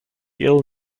ill